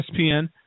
ESPN